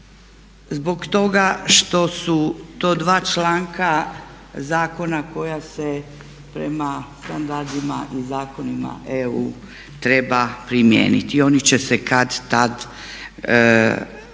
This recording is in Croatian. zbog toga što su to dva članka zakona koja se prema standardima i zakonima EU treba primijeniti. I oni će se kad-tad,